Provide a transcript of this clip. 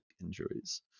injuries